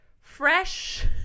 Fresh